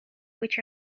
which